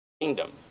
kingdom